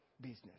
business